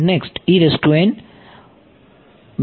next હશે